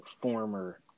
former